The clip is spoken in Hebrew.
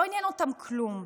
לא עניין אותם כלום.